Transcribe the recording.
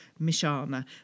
Mishana